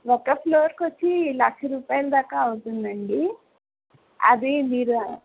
ఒక ఫ్లోర్కి వచ్చి లక్ష రూపాయల దాకా అవుతుందండి అది మీరు